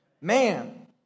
Man